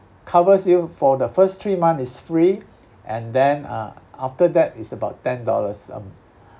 covers you for the first three months it's free and then uh after that it's about ten dollars a month